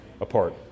apart